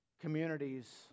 communities